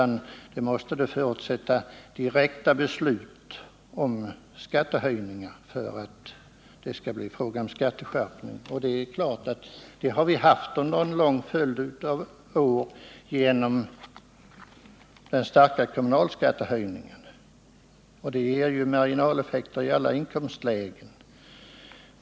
Nu förutsätts direkta beslut om skattehöjningar för att det skall bli fråga om skatteskärpning. Det är klart att vi har haft skattehöjningar under en lång följd av år genom den starka kommunalskattehöjningen, som ju gett marginaleffekter i alla inkomstlägen.